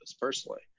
personally